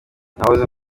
nahoze